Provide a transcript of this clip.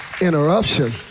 interruption